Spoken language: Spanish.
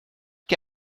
que